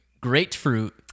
grapefruit